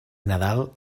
nadal